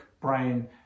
brain